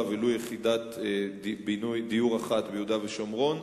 ולו יחידת דיור אחת ביהודה ושומרון,